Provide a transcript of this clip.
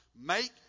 Make